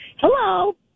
hello